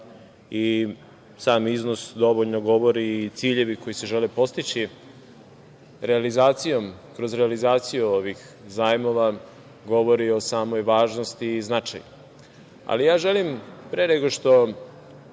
i sam iznos dovoljno govori i ciljevi koji se žele postići realizacijom ovih zajmova govori o samoj važnosti i značaju. Želim pre nego što